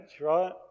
right